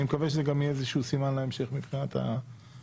אני מקווה שזה גם יהיה איזשהו סימן להמשך מבחינת הכנסת.